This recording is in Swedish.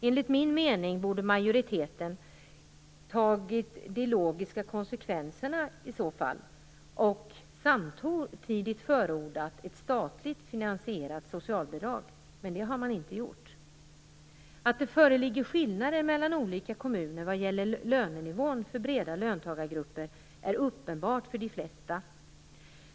Enligt min mening borde majoriteten i så fall ha tagit de logiska konsekvenserna och samtidigt förordat ett statligt finansierat socialbidrag. Men det har man inte gjort. Att det föreligger skillnader mellan olika kommuner vad gäller lönenivån för breda löntagargrupper är uppenbart för de flesta.